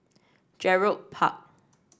Gerald Park